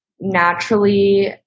naturally